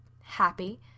happy